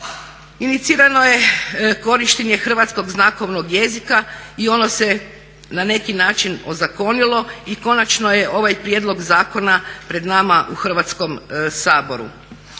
inicirano je korištenje hrvatskog znakovnog jezika i ono se na neki način ozakonilo i konačno je ovaj prijedlog zakona pred nama u Hrvatskom saboru.